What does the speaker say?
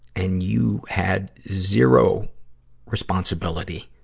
and you had zero responsibility